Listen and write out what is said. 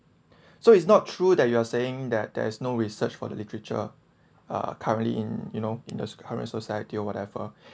so it's not true that you are saying that there is no research for the literature uh currently in you know in the current society or whatever